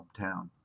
hometown